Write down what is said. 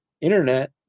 internet